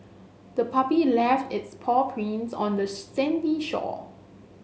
the puppy left its paw prints on the sandy shore